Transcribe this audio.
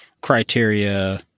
criteria